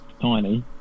tiny